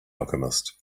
alchemist